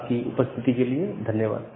आपकी उपस्थिति के लिए धन्यवाद